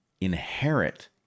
inherit